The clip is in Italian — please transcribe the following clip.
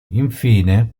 infine